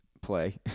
play